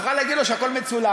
את יכולה להגיד לו שהכול מצולם,